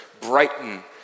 brighten